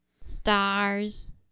stars